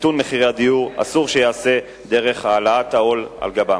מיתון מחירי הדיור אסור שייעשה דרך העלאת העול על גבם.